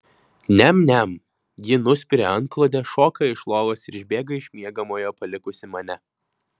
niam niam ji nuspiria antklodę šoka iš lovos ir išbėga iš miegamojo palikusi mane